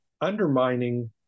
undermining